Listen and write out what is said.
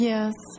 yes